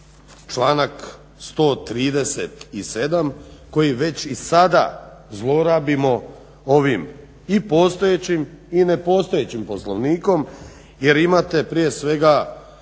članak 137. koji već i sada zlorabimo ovim i postojećim i nepostojećim Poslovnikom, jer imate prije svega